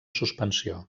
suspensió